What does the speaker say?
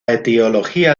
etiología